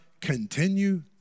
continue